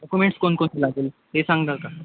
documents कोणकोणते लागेल ते सांगाल का